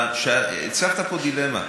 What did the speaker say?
הצגת פה דילמה.